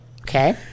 Okay